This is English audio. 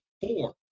four